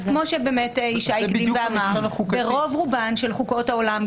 כמו שישי שרון הקדים ואמר ברוב רובן של חוקות העולם,